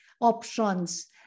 options